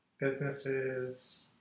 businesses